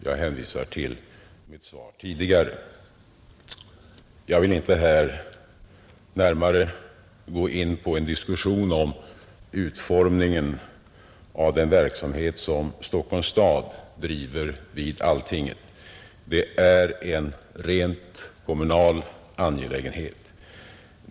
Jag hänvisar till mitt svar Jag vill inte här närmare gå in på en diskussion om utformningen av den verksamhet som Stockholms kommun driver vid Alltinget. Det är en rent kommunal angelägenhet.